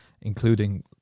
including